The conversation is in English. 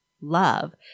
Love